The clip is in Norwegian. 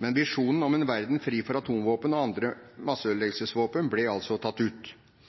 Men visjonen om en verden fri for atomvåpen og andre masseødeleggelsesvåpen ble altså tatt ut.